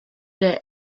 der